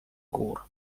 gór